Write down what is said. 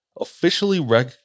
officially